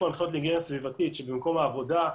להיגיינה סביבתית שבמקום העבודה,